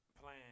plan